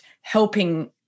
helping